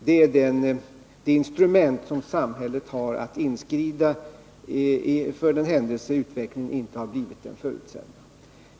Det är det instrument som samhället har för att inskrida om inte utvecklingen har blivit den förutsedda.